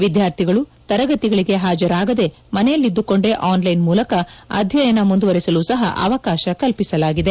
ವಿದ್ವಾರ್ಥಿಗಳು ತರಗತಿಗಳಿಗೆ ಹಾಜರಾಗದೆ ಮನೆಯಲ್ಲಿದ್ದುಕೊಂಡೇ ಆನ್ಲೈನ್ ಮೂಲಕ ಅಧ್ಯಯನ ಮುಂದುವರಿಸಲು ಸಹ ಅವಕಾತ ಕಲ್ಪಿಸಲಾಗಿದೆ